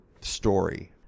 story